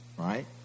Right